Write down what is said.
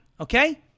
okay